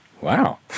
wow